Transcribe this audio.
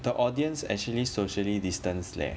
the audience actually socially distanced leh